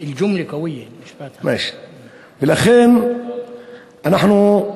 ולכן אנחנו,